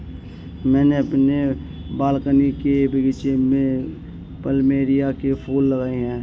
मैंने अपने बालकनी के बगीचे में प्लमेरिया के फूल लगाए हैं